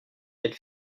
elle